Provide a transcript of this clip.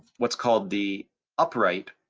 what's called the upright.